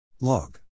Log